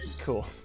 Cool